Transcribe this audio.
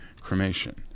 cremation